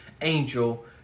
angel